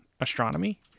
astronomy